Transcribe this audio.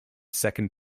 second